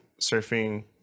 surfing